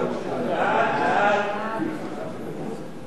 ההצעה להעביר את הצעת חוק הפטנטים (תיקון מס'